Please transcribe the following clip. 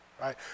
right